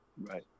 right